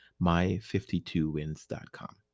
my52wins.com